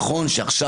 נכון שעכשיו